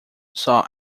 saw